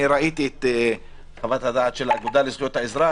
אני ראיתי את חוות הדעת של האגודה לזכויות האזרח,